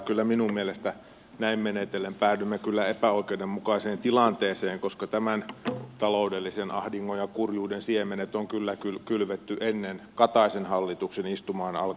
kyllä minun mielestäni näin menetellen päädymme epäoikeudenmukaiseen tilanteeseen koska tämän taloudellisen ahdingon ja kurjuuden siemenet on kyllä kylvetty ennen kataisen hallituksen istumaan alkamista